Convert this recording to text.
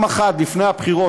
האחד לפני הבחירות,